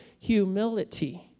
humility